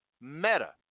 meta